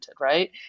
right